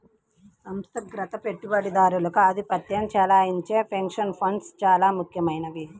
సంస్థాగత పెట్టుబడిదారులు ఆధిపత్యం చెలాయించే పెన్షన్ ఫండ్స్ చాలా ముఖ్యమైనవి